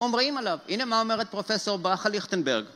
אומרים עליו, הנה מה אומרת פרופסור ברכה ליכטנברג